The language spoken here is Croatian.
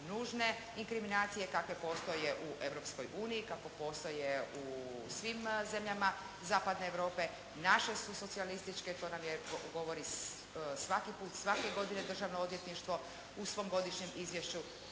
nužne inkriminacije kakve postoje u Europskoj uniji, kako postoje u svim zemljama zapadne Europe. Naše su socijalističke to nam je govori svaki put, svake godine Državno odvjetništvo u svom godišnjem izvješću